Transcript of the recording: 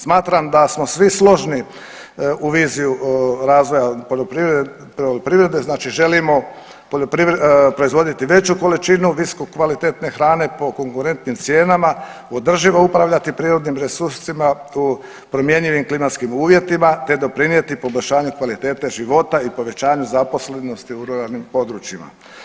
Smatram da smo svi složni u viziju razvoja poljoprivrede znači želimo proizvoditi veću količinu visokokvalitetne hrane po konkurentnim cijenama, održivo upravljati prirodnim resursima u promjenjivim klimatskim uvjetima te doprinijeti poboljšanju kvalitete života i povećanju zaposlenosti u ruralnim područjima.